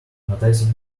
noticing